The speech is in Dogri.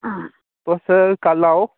तुस कल आओ